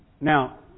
Now